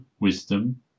wisdom